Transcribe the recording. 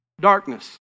darkness